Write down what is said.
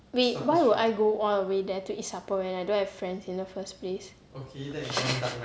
wait why would I go all the way there to eat supper when I don't have friends in the first place